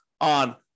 on